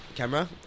Camera